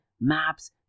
maps